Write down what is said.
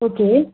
okay